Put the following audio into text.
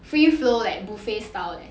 free flow leh buffet style leh